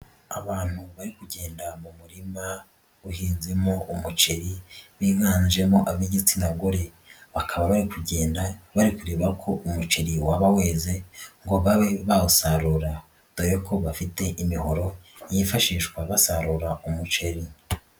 Abantu bari kugenda mu murima uhinzemo umuceri, biganjemo ab'igitsina gore, bakaba bari kugenda bari kureba ko umuceri waba weze ngo babe bawusarura, dore ko bafite imihoro yifashishwa basarura umuceri.